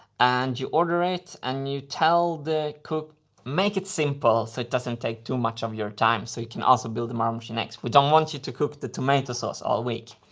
and you order it and you tell the cook make it simple, so it doesn't take too much of your time, so you can also build the marble machine x. we don't want you to cook the tomato sauce all week.